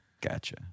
gotcha